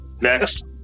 Next